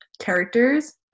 characters